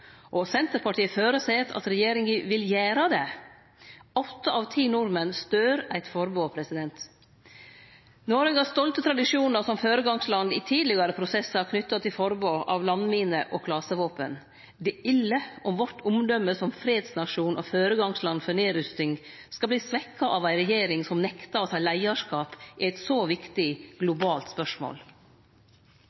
Senterpartiet føreset at regjeringa vil gjere det. Åtte av ti nordmenn stør eit forbod. Noreg har stolte tradisjonar som føregangsland i tidlegare prosessar knytte til forbod mot landminer og klasevåpen. Det er ille om vårt omdømme som fredsnasjon og føregangsland for nedrusting skal verte svekt av ei regjering som nektar å ta leiarskap i eit så viktig